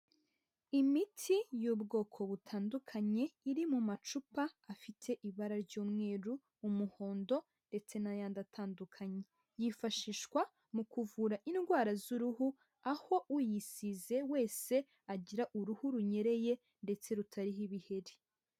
Imiti y'ubwoko butandukanye iri mu macupa afite ibara ry'umweru, umuhondo ndetse n'ayandi atandukanye, yifashishwa mu kuvura indwara z'uruhu aho uyisize wese agira uruhu runyereye ndetse rutariho ibiheri.